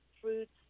fruits